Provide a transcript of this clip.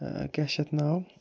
کیٛاہ چھِ اَتھ ناو